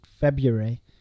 February